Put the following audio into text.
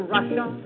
Russia